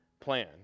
plan